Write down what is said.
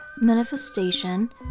manifestation